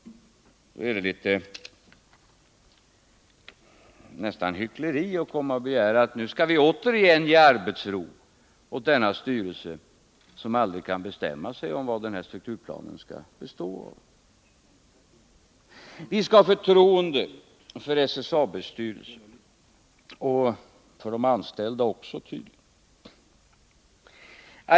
Det är nästan hyckleri att komma och begära att vi nu igen skall ge arbetsro åt denna styrelse, som aldrig kan bestämma sig för vad strukturplanen skall bestå av. Vi skall ha förtroende för SAAB:s styrelse — och för de anställda också tydligen.